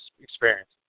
experience